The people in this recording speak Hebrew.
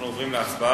אנחנו עוברים להצבעה.